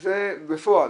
בפועל,